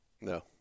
No